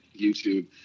YouTube